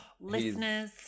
listeners